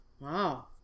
Wow